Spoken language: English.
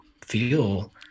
feel